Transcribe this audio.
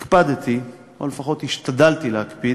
הקפדתי, או לפחות השתדלתי להקפיד,